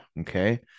okay